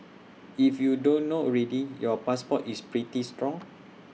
if you don't know already your passport is pretty strong